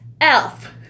Elf